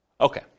Okay